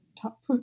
top